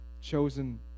chosen